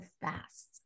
fast